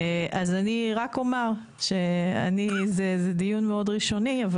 אז רק אומר, זה דיון מאוד ראשוני.